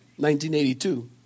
1982